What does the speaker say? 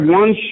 one